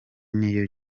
niyo